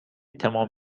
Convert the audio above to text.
تمام